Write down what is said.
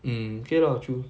um okay lah true